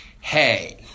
hey